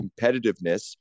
competitiveness